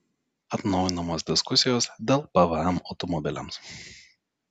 atnaujinamos diskusijos dėl pvm automobiliams